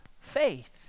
faith